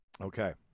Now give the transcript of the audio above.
Okay